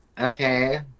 okay